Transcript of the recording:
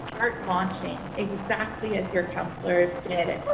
aren't launching exactly as your counselors did,